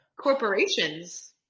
Corporations